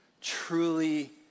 truly